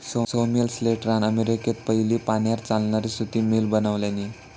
Samuel स्लेटरान अमेरिकेत पयली पाण्यार चालणारी सुती मिल बनवल्यानी